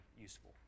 useful